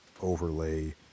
Overlay